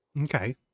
Okay